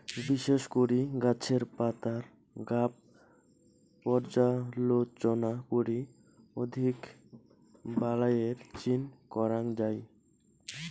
বিশেষ করি গছের পাতার গাব পর্যালোচনা করি অধিক বালাইয়ের চিন করাং যাই